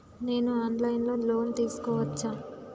నేను online లో loan తీసుకోవచ్చా?